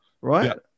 right